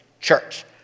church